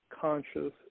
conscious